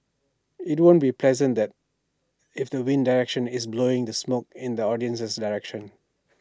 IT won't be pleasant that if the wind direction is blowing the smoke in the audience's direction